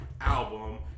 album